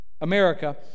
America